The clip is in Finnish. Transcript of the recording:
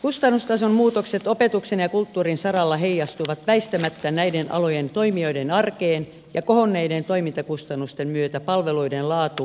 kustannustason muutokset opetuksen ja kulttuurin saralla heijastuvat väistämättä näiden alojen toimijoiden arkeen ja kohonneiden toimintakustannusten myötä palveluiden laatu vaarantuu